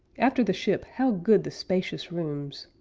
after the ship how good the spacious rooms!